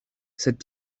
cette